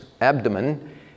abdomen